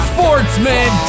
Sportsman